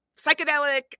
psychedelic